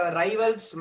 rivals